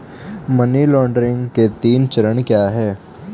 Money laundering के तीन चरण क्या हैं?